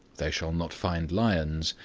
they shall not find lions,